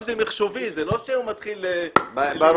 זה לא שהוא מתחיל למחוק.